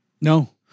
No